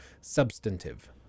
substantive